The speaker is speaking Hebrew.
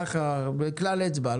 בכלל אצבע.